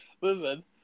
Listen